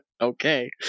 Okay